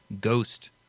ghost